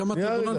למדינה?